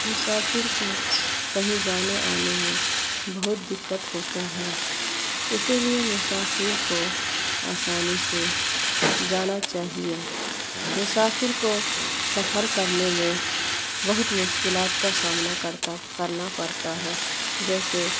مسافر کو کہیں جانے آنے میں بہت دقت ہوتا ہے اسی لیے مسافر کو آسانی سے جانا چاہیے مسافر کو سفر کرنے میں بہت مشکلات کا سامنا کرتا کرنا پرتا ہے جیسے